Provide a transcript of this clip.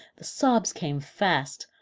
the sobs came fast,